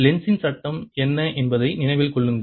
லென்ஸின் சட்டம் என்ன என்பதை நினைவில் கொள்ளுங்கள்